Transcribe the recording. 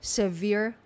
severe